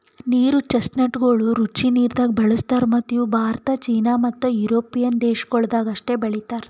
ನೀರು ಚೆಸ್ಟ್ನಟಗೊಳ್ ರುಚಿ ನೀರದಾಗ್ ಬೆಳುಸ್ತಾರ್ ಮತ್ತ ಇವು ಭಾರತ, ಚೀನಾ ಮತ್ತ್ ಯುರೋಪಿಯನ್ ದೇಶಗೊಳ್ದಾಗ್ ಅಷ್ಟೆ ಬೆಳೀತಾರ್